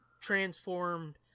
transformed